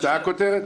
שונתה הכותרת?